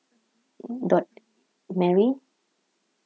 dot mary